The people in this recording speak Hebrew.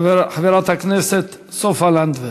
חברת הכנסת סופה לנדבר.